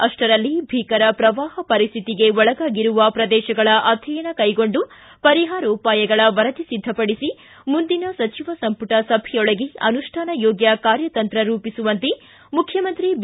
ಅಷ್ಟರಲ್ಲಿ ಭೀಕರ ಪ್ರವಾಹ ಪರಿಸ್ಥಿತಿಗೆ ಒಳಗಾಗಿರುವ ಪ್ರದೇಶಗಳ ಅಧ್ಯಯನ ಕೈಗೊಂಡು ಪರಿಹಾರೋಪಾಯಗಳ ವರದಿ ಸಿದ್ಧಪಡಿಸಿ ಮುಂದಿನ ಸಚಿವ ಸಂಪುಟ ಸಭೆಯೊಳಗೆ ಅನುಷ್ಠಾನ ಯೋಗ್ಯ ಕಾರ್ಯತಂತ್ರ ರೂಪಿಸುವಂತೆ ಮುಖ್ಯಮಂತ್ರಿ ಬಿ